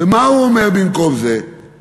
זה לא